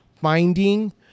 finding